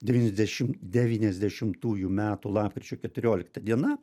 devyniasdešim devyniasdešimtųjų metų lapkričio keturiolikta diena